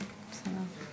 בבקשה.